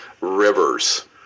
rivers